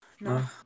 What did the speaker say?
No